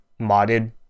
modded